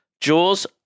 Jaws